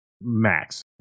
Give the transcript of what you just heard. max